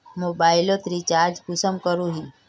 Mobile लोत recharge कुंसम करोही?